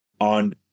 on